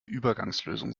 übergangslösung